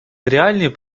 реальный